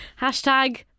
Hashtag